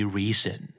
reason